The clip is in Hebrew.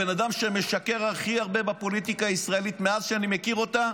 הבן אדם שמשקר הכי הרבה בפוליטיקה הישראלית מאז שאני מכיר אותה,